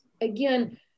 Again